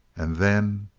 and then.